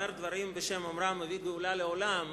האומר דברים בשם אומרם מביא גאולה לעולם,